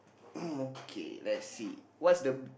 okay let's see what's the